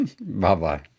bye-bye